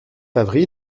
avril